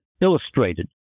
illustrated